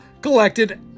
collected